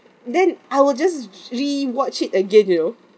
then I will just rewatch it again you know